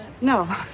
No